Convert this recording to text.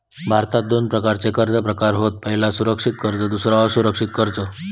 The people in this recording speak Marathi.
भारतात दोन प्रकारचे कर्ज प्रकार होत पह्यला सुरक्षित कर्ज दुसरा असुरक्षित कर्ज